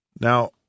Now